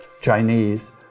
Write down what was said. Chinese